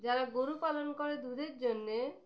যারা গরু পালন করে দুধের জন্যে